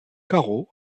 caro